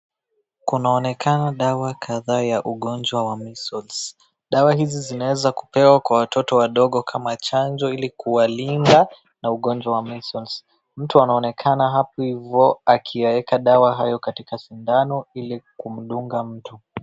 Kunaonekena dawa kadhaa ya ugonjwa wa Measles, dawa hizi zinaweza kupewa watoto wadogo kama chanjo ili kuwalinda kutokana na ugonjwa wa Measles. Mtu anaonekana hapo hivo aki yaeka dawa hayo katika sindano ili kumdunga mtu.